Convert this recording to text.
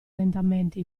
lentamente